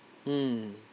mm